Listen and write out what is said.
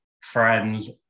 friends